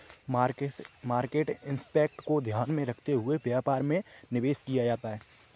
market impact को ध्यान में रखते हुए व्यापार में निवेश किया जाता है